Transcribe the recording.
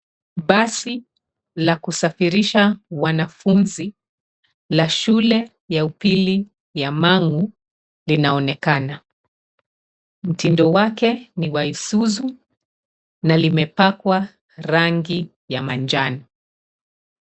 Basi la kusafirisha wanafunzi la shule ya upili ya Mangu linaonekana. Mtindo wake ni wa isuzu na limepakwa rangi ya manjano.